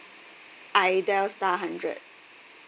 I dial star hundred